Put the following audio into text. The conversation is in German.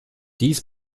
dies